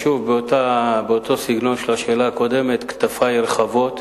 שוב, באותו סגנון של השאלה הקודמת, כתפי רחבות,